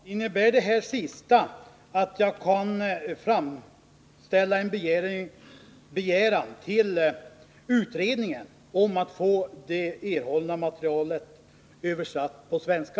Herr talman! Innebär det här sista att jag kan framställa en begäran till utredningen om att få det erhållna materialet översatt till svenska?